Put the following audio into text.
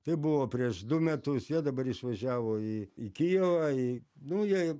tai buvo prieš du metus jie dabar išvažiavo į į kijevą į nu jie